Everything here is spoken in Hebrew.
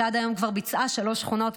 שעד היום כבר ביצעה שלוש שכונות,